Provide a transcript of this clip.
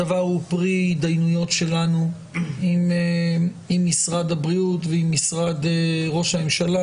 הדבר הוא פרי התדיינויות שלנו עם משרד הבריאות ועם משרד ראש הממשלה,